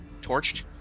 torched